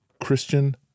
Christian